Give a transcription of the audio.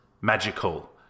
magical